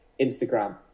Instagram